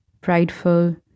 prideful